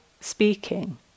speaking